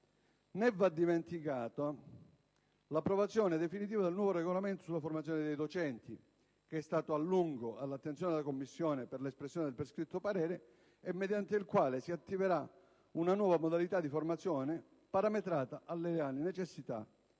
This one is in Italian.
va poi dimenticata l'approvazione definitiva del nuovo regolamento sulla formazione dei docenti, che è stato a lungo all'attenzione della Commissione per l'espressione del prescritto parere, mediante il quale si attiverà una nuova modalità di formazione parametrata alle reali necessità,